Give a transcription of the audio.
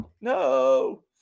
No